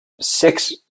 six